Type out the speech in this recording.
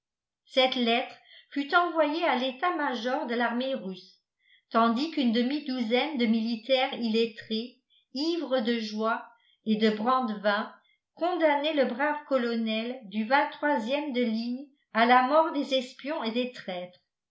cette lettre fut envoyée à l'état-major de l'armée russe tandis qu'une demi-douzaine de militaires illettrés ivres de joie et de brandevin condamnaient le brave colonel du ème de ligne à la mort des espions et des traîtres